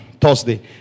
Thursday